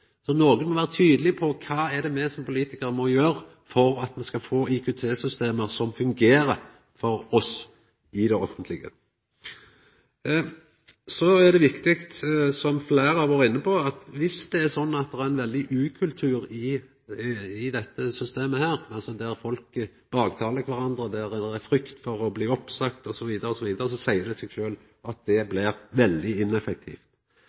så nokon må vera tydeleg på kva det er me som politikarar må gjera for at ein skal få eit IKT-system i det offentlege som fungerer. Så er det viktig, som fleire har vore inne på, at dersom det er slik at det er ein veldig ukultur i dette systemet, der folk baktalar kvarandre, der det er frykt for å bli oppsagd, osv., seier det seg sjølv at det blir veldig ineffektivt.